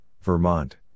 Vermont